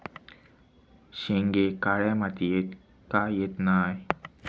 शेंगे काळ्या मातीयेत का येत नाय?